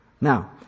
Now